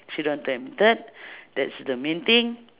she don't want to admitted that's the main thing